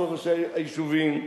כל ראשי היישובים,